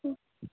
हो